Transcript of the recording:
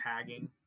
tagging